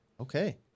Okay